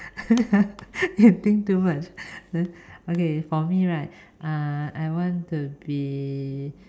you think too much okay for me right I want to be